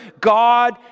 God